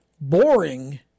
boring